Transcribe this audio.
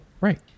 right